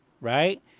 right